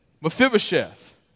Mephibosheth